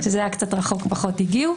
כשזה היה פחות קרוב פחות הגיעו.